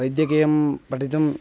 वैद्यकीयं पठितुम्